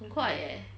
很快 eh